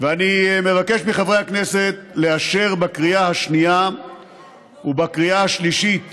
ואני מבקש מחברי הכנסת לאשר בקריאה שנייה ובקריאה השלישית